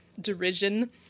derision